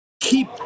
keep